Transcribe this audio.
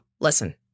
Listen